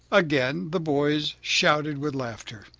again the boys shouted with laughter.